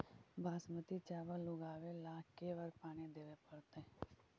बासमती चावल उगावेला के बार पानी देवे पड़तै?